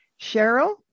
Cheryl